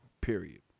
period